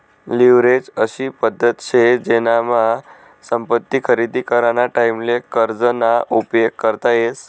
leverage अशी पद्धत शे जेनामा संपत्ती खरेदी कराना टाईमले कर्ज ना उपयोग करता येस